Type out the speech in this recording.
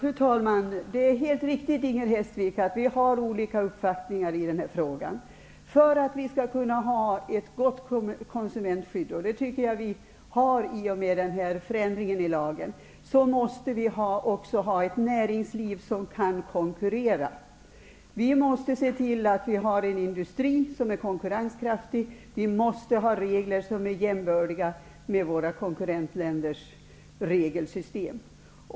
Fru talman! Det är helt riktigt, Inger Hestvik, att vi har olika uppfattningar i den här frågan om ett gott konsumentskydd. Jag tycker att vi får ett gott skydd i och med denna förändring i lagen. Vi måste också ha ett näringsliv som kan konkurrera. Vi måste se till att vi har en industri som är konkurrenskraftig, och vi måste ha regler som är jämbördiga med våra konkurrentländers regelsystem.